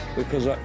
because i,